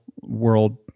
world